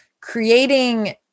creating